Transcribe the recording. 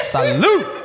Salute